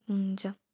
हुन्छ